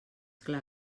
clar